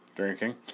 drinking